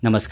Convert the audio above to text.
नमस्कार